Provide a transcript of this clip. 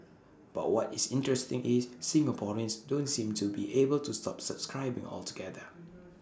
but what is interesting is Singaporeans don't seem to be able to stop subscribing altogether